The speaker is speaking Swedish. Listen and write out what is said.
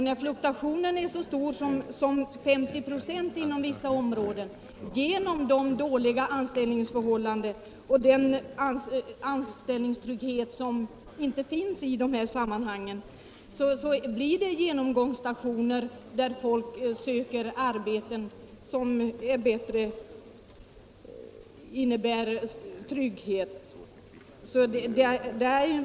När fluktuationen är så stor som 50 926 inom vissa områden — på grund av de dåliga anställningsförhållandena och bristen på anställningstrygghet — blir det genomgångsstationer, folk söker arbeten som innebär trygghet.